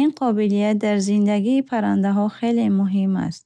Ин қобилият дар зиндагии паррандаҳо хеле муҳим аст.